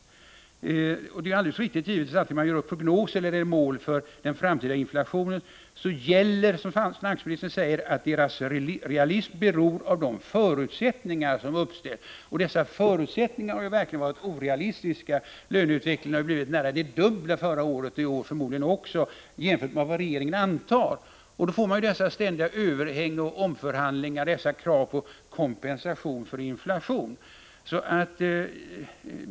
Det är naturligtvis alldeles riktigt som finansministern säger, att vare sig man gör upp prognoser eller mål för den framtida inflationen gäller att deras realism beror på de förutsättningar som uppställts. Dessa har verkligen varit orealistiska. Löneutvecklingen har ju blivit nära det dubbla förra året, och förmodligen också i år, jämfört med vad regeringen antog. Då får man dessa ständiga överhäng, omförhandlingar och krav på kompensation för inflationen.